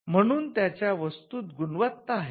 म्हणजे त्यांच्या वस्तुत गुणवत्ता आहे